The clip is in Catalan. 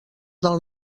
del